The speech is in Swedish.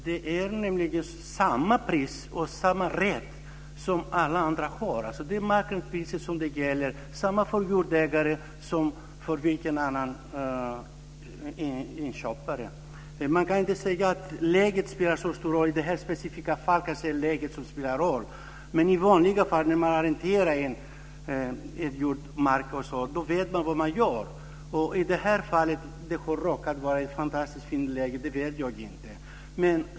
Fru talman! Det är samma pris och samma rätt som alla andra har. Det är marknadspriset som gäller, detsamma för jordägaren som för vilken annan köpare som helst. Man kan inte säga att läget spelar någon stor roll. I det här specifika fallet spelar läget en roll, men i vanliga fall när man arrenderar en mark vet man vad man gör. I det här fallet råkar det kanske vara ett fantastiskt fint läge, det vet jag inte.